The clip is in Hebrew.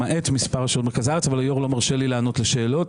למעט מספר רשויות במרכז הארץ אבל היושב ראש לא מרשה לי לענות לשאלות.